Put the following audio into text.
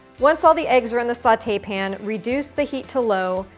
once all the eggs are in the saute pan, reduce the heat to low,